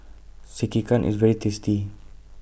Sekihan IS very tasty